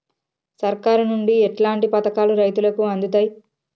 సర్కారు నుండి ఎట్లాంటి పథకాలు రైతులకి అందుతయ్?